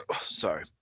Sorry